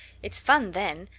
it's fun then.